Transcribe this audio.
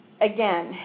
again